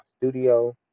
studio